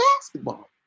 basketball